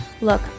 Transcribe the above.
Look